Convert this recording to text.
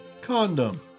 Condom